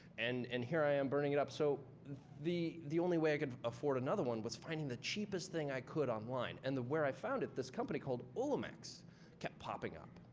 and and here i am burning it up. so the the only way i could afford another one was finding the cheapest thing i could online. and where i found it this company called olimex kept popping up.